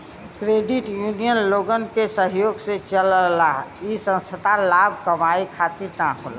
credit union लोगन के सहयोग से चलला इ संस्था लाभ कमाये खातिर न होला